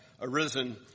arisen